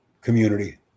community